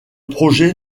projet